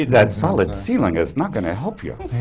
that solid ceiling is not gonna help you.